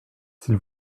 s’il